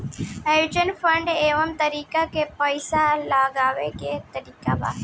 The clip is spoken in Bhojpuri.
म्यूचुअल फंड एक तरीका के पइसा लगावे के तरीका बा